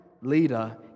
leader